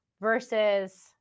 versus